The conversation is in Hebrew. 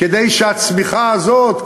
כדי שהצמיחה הזאת,